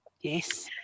Yes